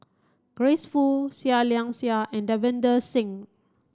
Grace Fu Seah Liang Seah and Davinder Singh